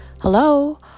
Hello